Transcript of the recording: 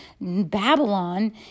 Babylon